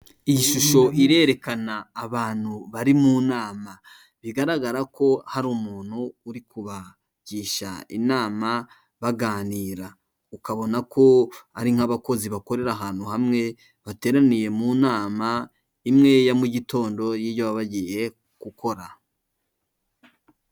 Iyi shusho irerekana abantu bari mu nama bigaragara ko hari umuntu uri kubagisha inama baganira, ukabona ko ari nk'abakozi bakorera ahantu hamwe bateraniye mu nama imwe ya mu gitondo y'iyo bagiye gukora.